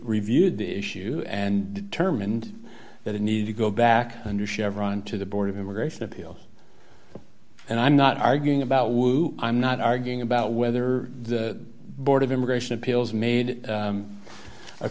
reviewed the issue and determined that it needed to go back under chevron to the board of immigration appeals and i'm not arguing about wu i'm not arguing about whether the board of immigration appeals made